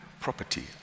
property